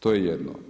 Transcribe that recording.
To je jedno.